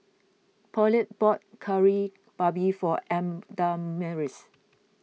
Paulette bought Kari Babi for